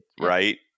right